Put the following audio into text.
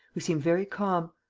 who seemed very calm.